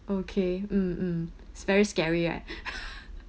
okay mm mm is very scary right